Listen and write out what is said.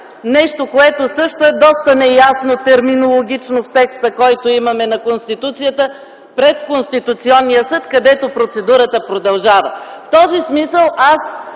-нещо, което също е доста неясно терминологично в текста на Конституцията - пред Конституционния съд, където процедурата продължава. В този смисъл аз